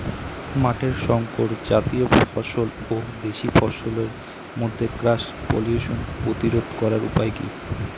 মাঠের শংকর জাতীয় ফসল ও দেশি ফসলের মধ্যে ক্রস পলিনেশন প্রতিরোধ করার উপায় কি?